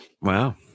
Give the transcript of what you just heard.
Wow